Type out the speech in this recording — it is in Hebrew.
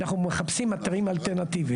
אנחנו מחפשים אתרים אלטרנטיביים.